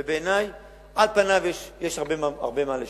ובעיני, על פניו יש הרבה מה לשנות.